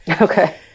Okay